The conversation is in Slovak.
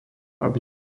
aby